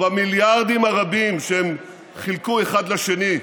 ובמיליארדים הרבים שהם חילקו אחד לשני,